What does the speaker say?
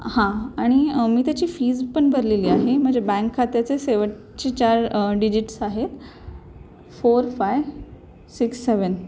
हां आणि मी त्याची फीज पण भरलेली आहे माझे बँक खात्याचे शेवटचे चार डिजिट्स आहेत फोर फाय सिक्स सेवन